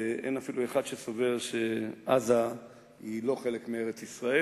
אין אפילו אחד שסובר שעזה היא לא חלק מארץ-ישראל,